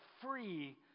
free